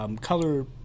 Color